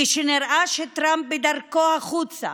כשנראה שטראמפ בדרכו החוצה,